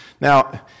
Now